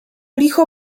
licho